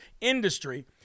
industry